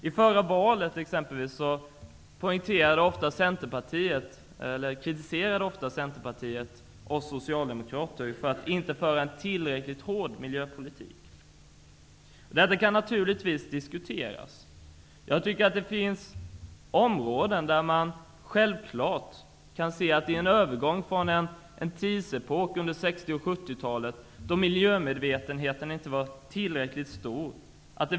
I förra valet, exempelvis, kritiserade ofta Centerpartiet oss socialdemokrater för att inte föra en tillräckligt hård miljöpolitik. Detta kan naturligtvis diskuteras. Under 60 och 70-talet var miljömedvetenheten inte tillräckligt stor.